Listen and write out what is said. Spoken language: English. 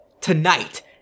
tonight